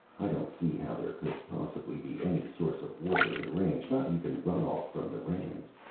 i don't see how there could possibly be any source of water in the range not even run-off from the rains.